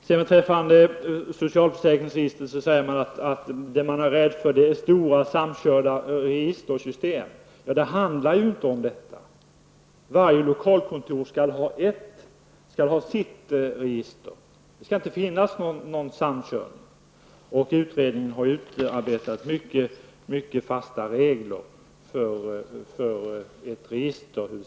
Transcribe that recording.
Beträffande socialförsäkringsregister sägs det att vad man är rädd för är stora samkörda registersystem. Men det handlar inte om detta. Varje lokalkontor skall ha sitt register. Det skall inte finnas någon samkörning, och utredningen har utarbetat mycket fasta regler för hur ett register skall se ut.